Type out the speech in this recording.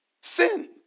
Sin